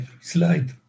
slide